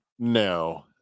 No